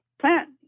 plant